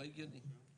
לא הגיוני.